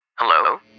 Hello